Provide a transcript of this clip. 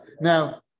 now